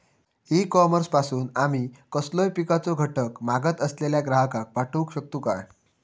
E commerce पासून आमी कसलोय पिकाचो घटक मागत असलेल्या ग्राहकाक पाठउक शकतू काय?